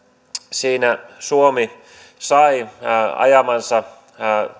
siinä suomi sai ajamansa